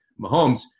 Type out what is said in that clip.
Mahomes